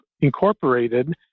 incorporated